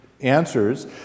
answers